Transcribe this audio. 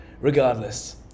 Regardless